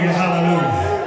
hallelujah